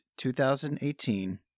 2018